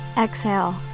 Exhale